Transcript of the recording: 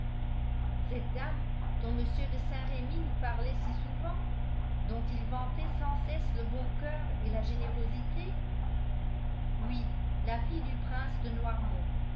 cette dame dont m de saint-remy nous parlait si souvent dont il vantait sans cesse le bon coeur et la générosité oui la fille du prince de noirmont